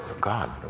God